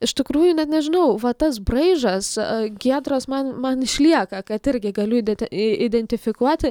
iš tikrųjų net nežinau va tas braižas giedros man man išlieka kad irgi galiu įdet į identifikuoti